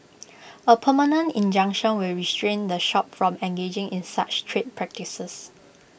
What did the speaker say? A permanent injunction will restrain the shop from engaging in such trade practices